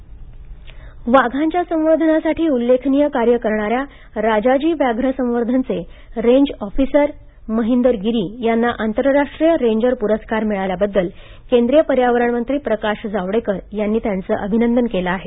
प्रकाश जावडेकर वाघांच्या संवर्धनासाठी उल्लेखनीय कार्य करणाऱ्या राजाजी व्याघ्र संवर्धनचे रेंज ऑफिसर महिंदर गिरी यांना आंतरराष्ट्रीय रेंजर पुरस्कार मिळाल्याबद्दल केंद्रीय पर्यावरणमंत्री प्रकाश जावडेकर यांनी अभिनंदन केल आहे